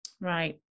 right